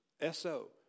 S-O